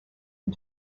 and